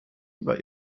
über